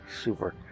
Super